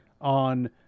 on